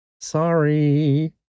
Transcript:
Sorry